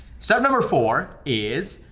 step number four is,